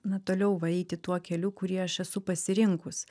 na toliau va eiti tuo keliu kurį aš esu pasirinkus